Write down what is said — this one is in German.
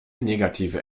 negative